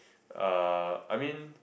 uh I mean